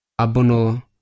Abono